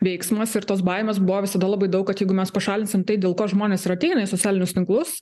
veiksmas ir tos baimės buvo visada labai daug kad jeigu mes pašalinsim tai dėl ko žmonės ir ateina į socialinius tinklus